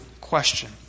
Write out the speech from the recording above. question